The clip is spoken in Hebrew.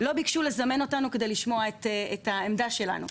לא ביקשו לזמן אותנו כדי לשמוע את העמדה שלנו.